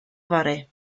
fory